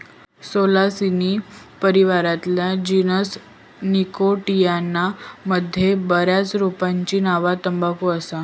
Solanaceae परिवारातल्या genus Nicotiana मध्ये बऱ्याच रोपांची नावा तंबाखू असा